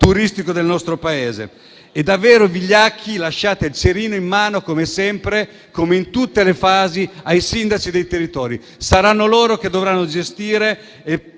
turistico del nostro Paese. È davvero da vigliacchi lasciare il cerino in mano, come sempre in tutte le fasi, ai sindaci dei territori: saranno loro che dovranno gestire e